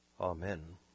Amen